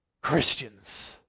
Christians